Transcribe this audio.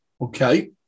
Okay